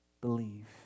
believe